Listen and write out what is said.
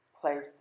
place